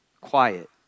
quiet